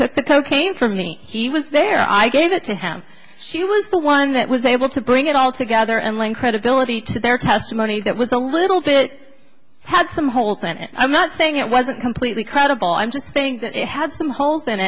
took the cocaine for he was there i gave it to him she was the one that was able to bring it all together and lend credibility to their testimony that was a little bit had some holes sent it i'm not saying it wasn't completely credible i'm just saying that it had some holes in